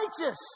righteous